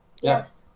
Yes